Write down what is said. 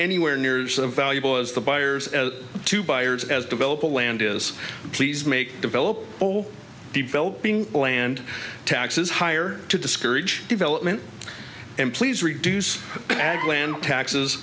anywhere near valuable as the buyers to buyers as developer land is please make develop all developing land taxes higher to discourage development and please reduce ag land taxes